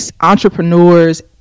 entrepreneurs